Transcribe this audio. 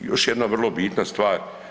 Još jedna vrlo bitna stvar.